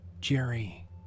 Jerry